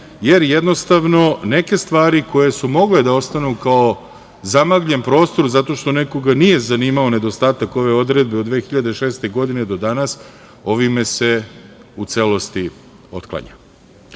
jer jednostavno neke stvari koje su mogle da ostanu kao zamagljen prostor zato što nekoga nije zanimao nedostatak ove odredbe od 2006. godine do danas ovime se u celosti otklanja. Ono